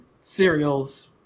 cereals